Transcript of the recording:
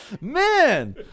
man